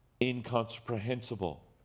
incomprehensible